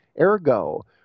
Ergo